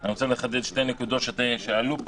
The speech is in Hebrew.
אני רוצה לחדד שתי נקודות שעלו כאן.